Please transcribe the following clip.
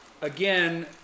again